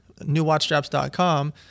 newwatchstraps.com